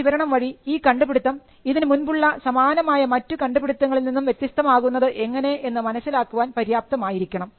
ആ വിവരണം വഴി ഈ കണ്ടുപിടുത്തം ഇതിനു മുൻപുള്ള സമാനമായ മറ്റു കണ്ടുപിടുത്തങ്ങളിൽ നിന്നും വ്യത്യസ്തമാകുന്നത് എങ്ങനെ എന്ന് മനസ്സിലാക്കുവാൻ പര്യാപ്തമായിരിക്കണം